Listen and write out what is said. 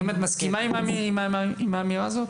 האם את מסכימה עם האמירה הזאת?